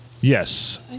Yes